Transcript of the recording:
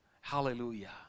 hallelujah